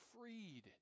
freed